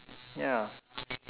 ya